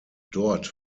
dort